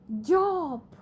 job